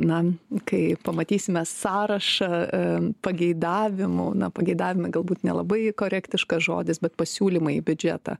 na kai pamatysime sąrašą pageidavimų na pageidavimai galbūt nelabai korektiškas žodis bet pasiūlymai į biudžetą